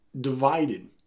divided